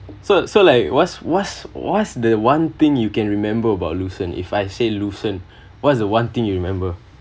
so so like what's what's what's the one thing you can remember about luxem if I said luxem what's the one thing you remember